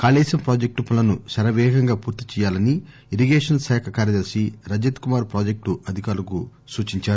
Kaleshwaram project పనులను శర వేగంగా పూర్తి చేయాలని ఇరిగేషస్ శాఖ కార్యదర్ని రజత్ కుమార్ ప్రాజెక్టు అధికారులకు సూచించారు